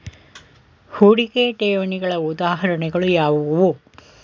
ಹೂಡಿಕೆ ಠೇವಣಿಗಳ ಉದಾಹರಣೆಗಳು ಯಾವುವು?